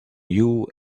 you